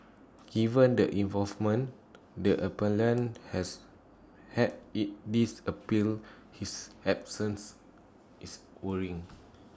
given the involvement the appellant has had IT this appeal his absence is worrying